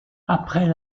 après